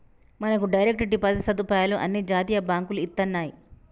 మనకు direct deposit సదుపాయాలు అన్ని జాతీయ బాంకులు ఇత్తన్నాయి